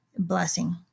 Blessing